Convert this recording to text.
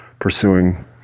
pursuing